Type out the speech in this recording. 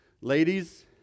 Ladies